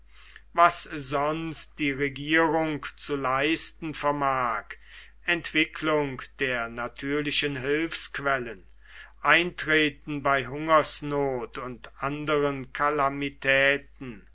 was sonst die regierung zu leisten vermag entwicklung der natürlichen hilfsquellen eintreten bei hungersnot und anderen